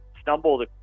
stumbled